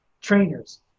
trainers